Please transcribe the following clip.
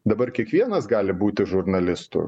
dabar kiekvienas gali būti žurnalistu